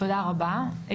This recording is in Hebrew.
תודה רבה.